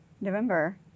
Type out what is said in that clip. November